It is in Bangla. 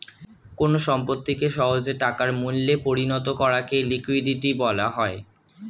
কোন সম্পত্তিকে সহজে টাকার মূল্যে পরিণত করাকে লিকুইডিটি বলা হয়